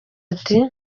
ati